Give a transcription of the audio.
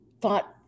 thought